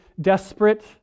desperate